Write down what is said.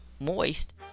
moist